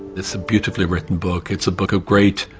it's a beautifully written book, it's a book of great